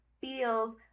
feels